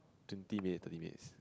twenty minutes thirty minutes